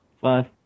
Five